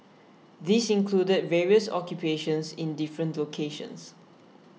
this included various occupations in different locations